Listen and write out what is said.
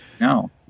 No